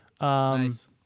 Nice